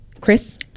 Chris